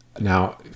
now